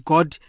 God